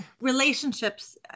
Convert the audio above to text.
relationships